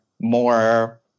more